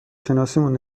شناسیمون